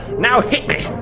now hit me.